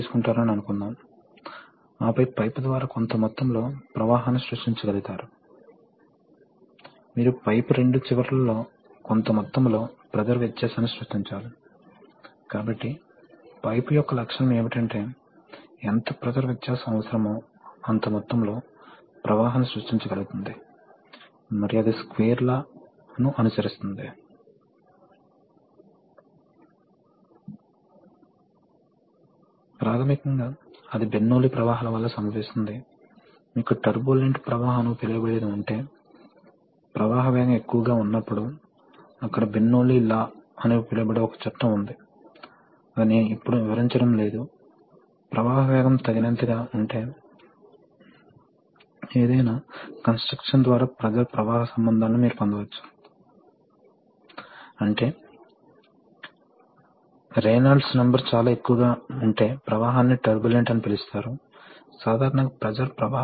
ఇది pneumatic control system మరియు ఈ రెగ్యులేటెడ్ గ్యాస్ సరఫరాను ఉపయోగించి యాక్చుయేషన్ సిగ్నల్ ఇవ్వబడుతుంది ఈ సందర్భంలో మేము చూపించిన అప్లికేషన్ ఒక వాల్వ్ యాక్యుయేటర్ ఇక్కడ ఈ వాల్వ్ వాస్తవానికి ఈ డయాఫ్రాగమ్ పై ప్రెషర్ ని ఉపయోగించి తరలించబడుతుంది కాబట్టి ఇది డయాఫ్రాగమ్ కాబట్టి ఈ ప్రెస్సురైజ్డ్ గ్యాస్ ను ఉపయోగించి మీరు ఈ క్యావిటీ లో ప్రెషర్ ని వర్తింపజేస్తారు కాబట్టి ఈ డయాఫ్రాగమ్ ప్రెషర్ లో ఉంటుంది అది క్రిందికి వస్తుంది మరియు ఇది ఇక్కడ వాల్వ్ను మూసివేస్తుంది కాబట్టి ఇది సాధారణంగా ఒక రకమైన స్కీమాటిక్ ఇది న్యూమాటిక్ కంట్రోల్ కోసం ఉపయోగించబడుతుంది మరియు వివిధ రకాల టెక్నాలజీస్ కు ఉపయోగించబడతాయి కాబట్టి మనము దానిని పరిశీలించబోతున్నాము